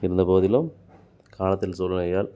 இருந்த போதிலும் காலத்தின் சூழ்நிலையால்